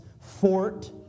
fort